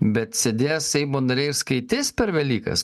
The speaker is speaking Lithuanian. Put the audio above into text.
bet sėdės seimo nariai skaitys per velykas